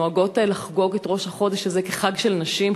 נוהגות לחגוג את ראש החודש הזה כחג של נשים,